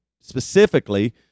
specifically